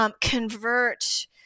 Convert